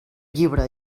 llibre